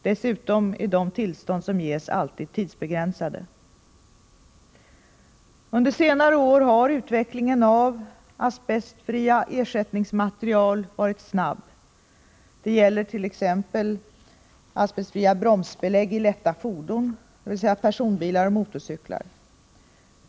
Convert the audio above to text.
Dessutom är de tillstånd som ges alltid tidsbegränsade. Under senare år har utvecklingen av asbestfria ersättningsmaterial varit snabb. Det gäller t.ex. asbestfria bromsbelägg i lätta fordon, dvs. personbilar och motorcyklar.